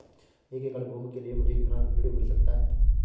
एक एकड़ भूमि के लिए मुझे कितना ऋण मिल सकता है?